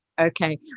Okay